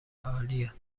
عالیه